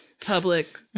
public